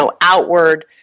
outward